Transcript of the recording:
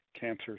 cancer